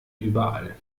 überall